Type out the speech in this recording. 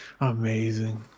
Amazing